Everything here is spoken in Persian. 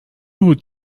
بود